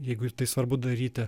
jeigu tai svarbu daryti